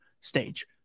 stage